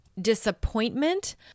disappointment